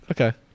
Okay